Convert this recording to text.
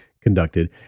conducted